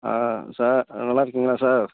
ஆ sir நல்லா இருக்கீங்களா sir